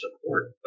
support